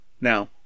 Now